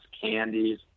candies